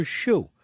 shoe